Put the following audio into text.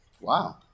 Wow